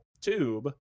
tube